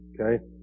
okay